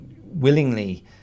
willingly